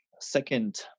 second